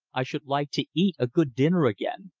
i should like to eat a good dinner again.